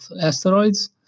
asteroids